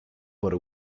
por